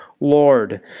Lord